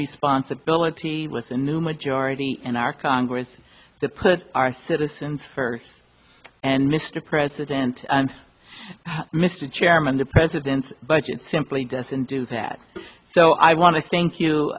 responsibility with a new majority in our congress to put our citizens first and mr president mr chairman the president's budget simply doesn't do that so i want to thank you